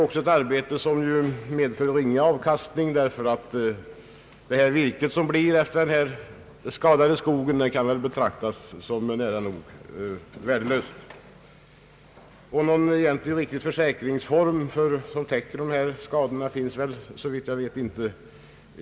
Detta arbete medför ringa avkastning därför att virket från den skadade skogen måste betraktas som nära nog värdelöst. Någon egentlig försäkringsform som täcker dessa skador finns, såvitt jag vet, inte.